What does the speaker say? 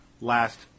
last